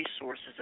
resources